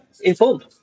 informed